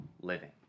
living